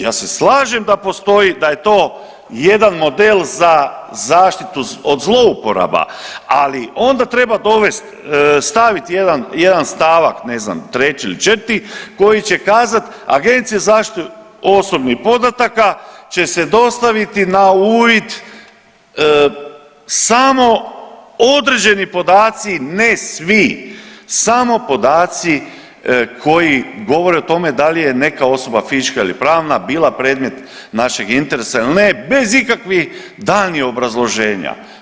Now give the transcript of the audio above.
Ja se slažem da postoji, da je to jedan model za zaštitu od zlouporaba, ali onda treba dovesti, staviti jedan stavak ne znam treći ili četvrti koji će kazati Agenciji za zaštitu osobnih podataka će se dostaviti na uvid samo određeni podaci, ne svi samo podaci koji govore o tome da li je neka osoba fizička ili pravna bila predmet našeg interesa ili ne bez ikakvih daljnjih obrazloženja.